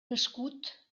nascut